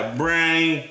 brain